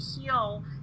heal